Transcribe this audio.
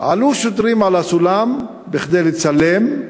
עלו שוטרים על הסולם כדי לצלם,